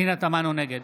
נגד